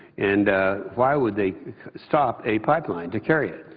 and why would they stop a pipeline to carry it?